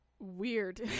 weird